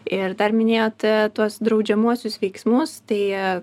ir dar minėjote tuos draudžiamuosius veiksmus tai